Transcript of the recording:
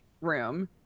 room